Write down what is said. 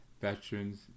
Veterans